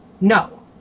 no